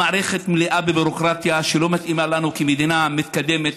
המערכת מלאה בביורוקרטיה שלא מתאימה לנו כמדינה מתקדמת.